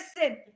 listen